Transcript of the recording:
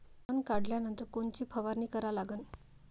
तन काढल्यानंतर कोनची फवारणी करा लागन?